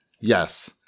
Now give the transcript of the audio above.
Yes